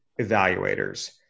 evaluators